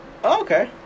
okay